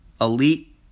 Elite